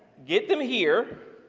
get them here.